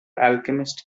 alchemist